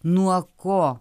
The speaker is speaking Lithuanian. nuo ko